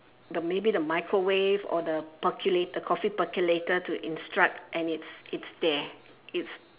the maybe the microwave or the percolator the coffee percolator to instruct and it's it's there it's